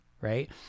Right